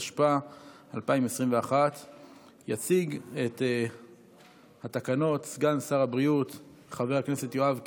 התשפ"א 2021. יציג את התקנות סגן שר הבריאות חבר הכנסת יואב קיש.